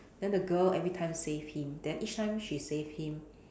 then the girl every time save him then each time she save him